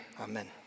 amen